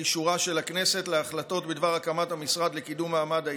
אישורה של הכנסת להחלטות בדבר הקמת המשרד לקידום מעמד האישה,